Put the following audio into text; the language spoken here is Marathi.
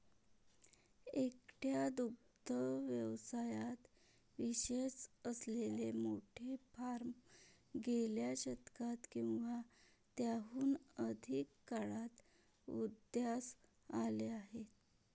एकट्या दुग्ध व्यवसायात विशेष असलेले मोठे फार्म गेल्या शतकात किंवा त्याहून अधिक काळात उदयास आले आहेत